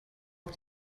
auf